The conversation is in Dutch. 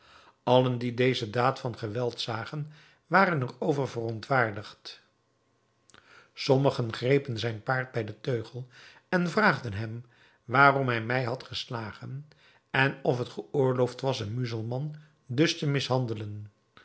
allen die deze daad van geweld zagen waren er over verontwaardigd sommigen grepen zijn paard bij den teugel en vraagden hem waarom hij mij had geslagen en of het geoorloofd was een muzelman dus te mishandelen